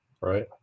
Right